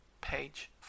page